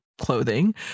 clothing